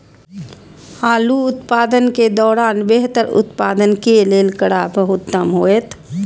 आलू उत्पादन के दौरान बेहतर उत्पादन के लेल की करबाक उत्तम होयत?